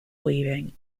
weaving